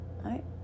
right